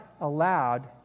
allowed